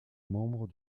membre